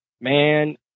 Man